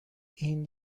این